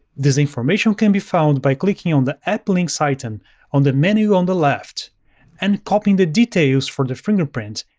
this information can be found by clicking on the app links item on the menu on the left and copying the details for the fingerprint,